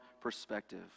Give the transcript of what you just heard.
perspective